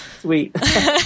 sweet